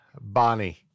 Bonnie